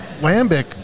Lambic